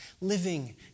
living